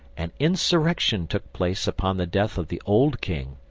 an insurrection took place upon the death of the old king,